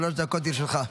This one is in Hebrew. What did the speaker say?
שלוש דקות לרשותך.